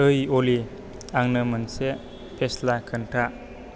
ओइ अलि आंनो मोनसे फेस्ला खोन्था